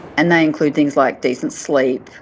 and they include things like decent sleep,